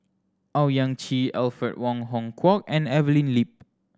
Owyang Chi Alfred Wong Hong Kwok and Evelyn Lip